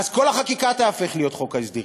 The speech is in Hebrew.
אז כל החקיקה תיהפך להיות חוק ההסדרים.